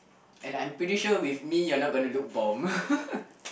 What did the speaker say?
and I'm pretty sure with me you're not gonna look bomb